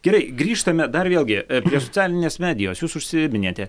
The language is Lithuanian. gerai grįžtame dar vėlgi prie socialinės medijos jūs užsiminėte